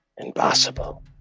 impossible